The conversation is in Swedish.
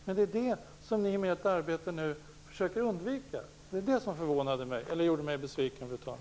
Men det försöker ni med ert arbete nu undvika, och det gör mig besviken, fru talman.